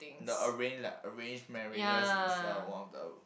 the arrange like arranged marriages is a one of the